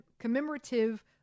commemorative